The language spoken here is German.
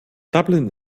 dublin